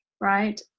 right